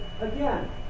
Again